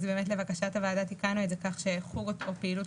באמת לבקשת הוועדה תיקנו את זה כך שחוג או פעילות